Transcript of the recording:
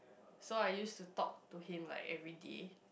so I used to talk to him like everyday